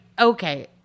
okay